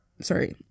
Sorry